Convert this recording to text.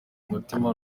umutima